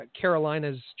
Carolina's